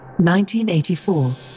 1984